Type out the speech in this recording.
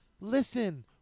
listen